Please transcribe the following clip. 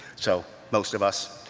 so most of us.